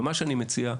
ומה שאני מציע,